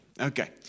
Okay